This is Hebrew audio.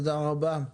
תודה רבה.